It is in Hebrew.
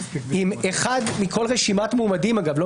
עם אחד מכל רשימת מועמדים אגב,